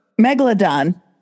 Megalodon